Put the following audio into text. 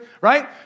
right